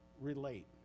relate